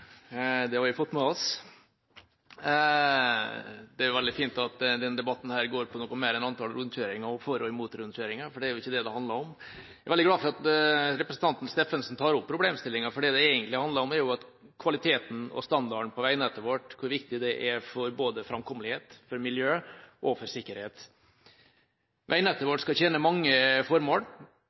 Det har vi fått med oss! Det er jo veldig fint at denne debatten går på noe mer enn antall rundkjøringer og for og imot rundkjøringer, for det er jo ikke det det handler om. Jeg er veldig glad for at representanten Steffensen tar opp problemstillinga, for det det egentlig handler om, er kvaliteten og standarden på veinettet vårt, hvor viktig det er for både framkommelighet, miljø og sikkerhet. Veinettet vårt skal tjene mange formål.